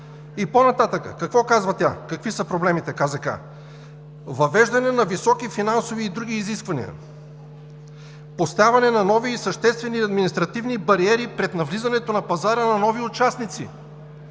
И по-нататък какво казва тя, какви са проблемите – въвеждане на високи финансови и други изисквания; поставяне на нови и съществени административни бариери пред навлизането на пазара на нови участници;